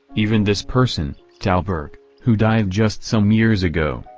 even this person who died just some years ago,